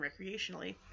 recreationally